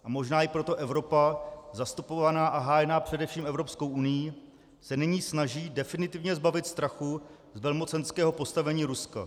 A možná i proto Evropa, zastupovaná a hájená především Evropskou unií, se nyní snaží definitivně zbavit strachu z velmocenského postavení Ruska.